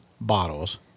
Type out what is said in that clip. bottles